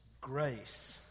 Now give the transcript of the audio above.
grace